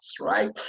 right